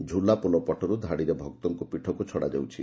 ଝୁଲାପୋଲ ପଟରୁ ଧାଡ଼ିରେ ଭକ୍ତମାନଙ୍କୁ ପୀଠକୁ ଛଡ଼ାଯାଉଛି